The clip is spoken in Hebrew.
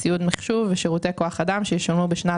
ציוד מחשוב ושירותי כוח אדם שישולמו בשנת